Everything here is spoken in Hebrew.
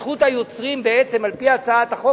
הוא שזכות היוצרים תעבור על-פי הצעת החוק